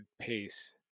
pace